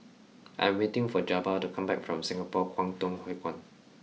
I am waiting for Jabbar to come back from Singapore Kwangtung Hui Kuan